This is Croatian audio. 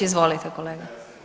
Izvolite kolega.